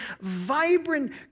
vibrant